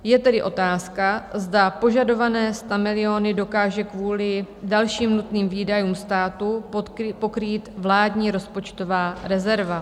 Je tedy otázka, zda požadované stamiliony dokáže kvůli dalším nutným výdajům státu pokrýt vládní rozpočtová rezerva.